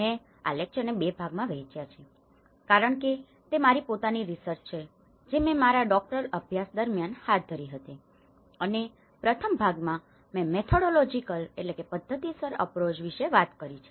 મેં આ લેકચરને બે ભાગમાં વહેંચ્યા છે કારણ કે તે મારી પોતાની રિસર્ચ છે જે મેં મારા ડોક્ટરલ અભ્યાસ દરમિયાન હાથ ધરી હતી અને પ્રથમ ભાગમાં મેં મેથોડોલોજીકmethodologicપદ્ધતિસર અપ્રોચapproachઅભિગમ વિશે વાત કરે છે